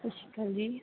ਸਤਿ ਸ਼੍ਰੀ ਅਕਾਲ ਜੀ